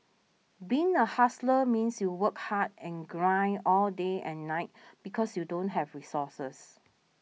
being a hustler means you work hard and grind all day and night because you don't have resources